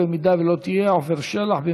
אם לא תהיה, עפר שלח.